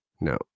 No